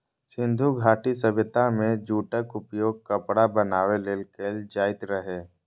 सिंधु घाटी सभ्यता मे जूटक उपयोग कपड़ा बनाबै लेल कैल जाइत रहै